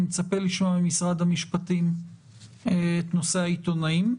אני מצפה לשמוע ממשרד המשפטים על נושא העיתונאים.